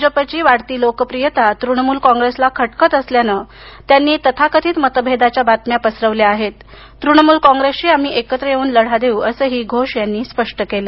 भाजपची वाढती लोकप्रियता तृणमूलला खटकत असल्यानं त्यांनी तथाकथित मतभेदाच्या बातम्या पसरवल्या आहेत तृणमूल कॉंग्रेसशी आम्ही एकत्र येऊन लढा देऊ असंही घोष यांनी स्पष्ट केलं